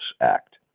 Act